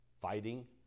fighting